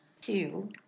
two